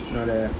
you know the